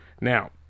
Now